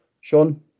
Sean